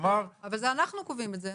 אנחנו קובעים את זה.